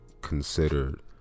considered